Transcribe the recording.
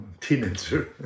Teenager